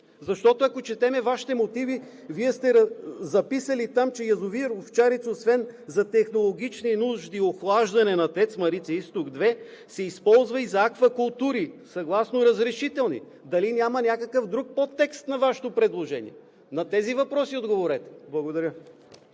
защото, ако четем Вашите мотиви, Вие сте записали там, че язовир „Овчарица“ освен за технологични нужди – охлаждане на „ТЕЦ Марица изток 2“, се използва и за аквакултури съгласно разрешителни. Дали няма някакъв друг подтекст на Вашето предложение? На тези въпроси отговорете. Благодаря.